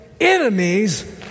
enemies